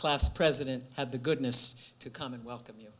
class president had the goodness to come and welcome you